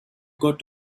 got